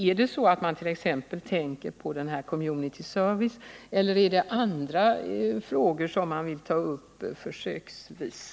Är det så att man tänker på t.ex. community service, eller är det andra frågor som man vill ta upp försöksvis?